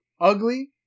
ugly